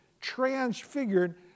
transfigured